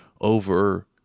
over